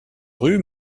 rue